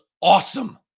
awesome